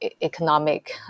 economic